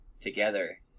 together